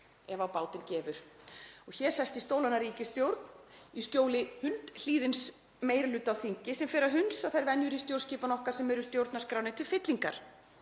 ef á bátinn gefur og hér sest í stólana ríkisstjórn í skjóli hundhlýðins meiri hluta á þingi sem fer að hunsa þær venjur í stjórnskipan okkar sem eru stjórnarskránni til fyllingar